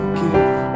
give